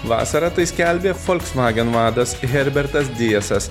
vasarą tai skelbė folksvagen vadas herbertas dijasas